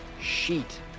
sheet